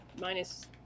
minus